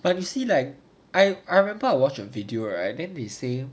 but do you see like I I remember I watch a video right then they say